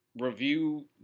review